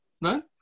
No